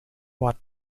what